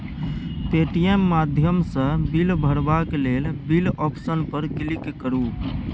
Paytm माध्यमसँ bill भरबाक लेल बिल आप्शन पर क्लिक करु